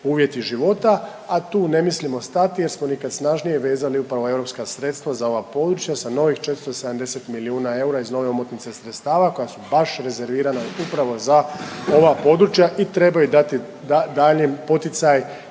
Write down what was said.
uvjeti života, a tu ne mislimo stati jer smo nikad snažnije vezali upravo europska sredstva za ova područja sa novih 470 milijuna eura iz nove omotnice sredstava koja su baš rezervirana upravo za ova područja i trebaju dati daljnji poticaj